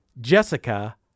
Jessica